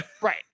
Right